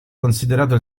considerato